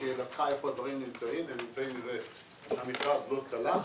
לשאלתך איפה הדברים נמצאים כרגע הם נמצאים בזה שהמכרז לא צלח.